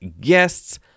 guests